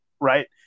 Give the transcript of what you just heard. right